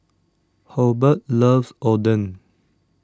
Hobart loves Oden